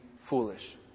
foolish